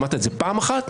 שמעת את זה פעם אחת?